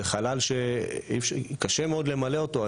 זה חלל שקשה מאוד למלא אותו.